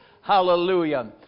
Hallelujah